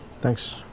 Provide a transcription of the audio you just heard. thanks